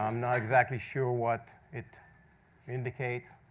um not exactly sure what it indicates.